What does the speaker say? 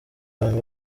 abantu